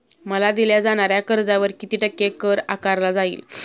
मला दिल्या जाणाऱ्या कर्जावर किती टक्के कर आकारला जाईल?